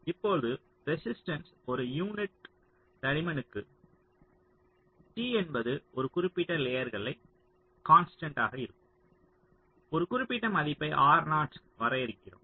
இப்போது ரெசிஸ்டன்ஸ் ஒரு யூனிட் தடிமன்க்கு t என்பது ஒரு குறிப்பிட்ட லேயர்க்கு கான்ஸ்டன்ட் ஆக இருக்கும் ஒரு குறிப்பிட்ட மதிப்பை வரையறுக்கிறோம்